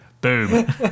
Boom